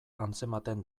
antzematen